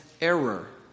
error